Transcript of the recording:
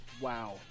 Wow